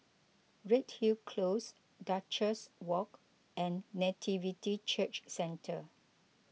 Redhill Close Duchess Walk and Nativity Church Centre